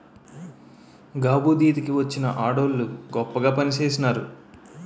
గాబుదీత కి వచ్చిన ఆడవోళ్ళు గొప్పగా పనిచేసినారు